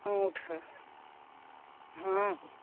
औंठा हँ हँ